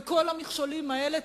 וכל המכשולים האלה,